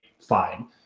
Fine